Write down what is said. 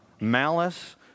malice